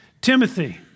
Timothy